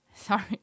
Sorry